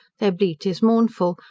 their bleat is mournful,